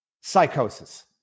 psychosis